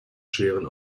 schweren